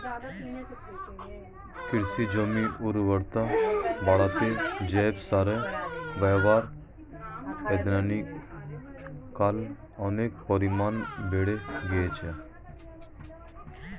কৃষি জমির উর্বরতা বাড়াতে জৈব সারের ব্যবহার ইদানিংকালে অনেক পরিমাণে বেড়ে গিয়েছে